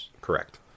Correct